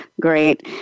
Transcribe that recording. great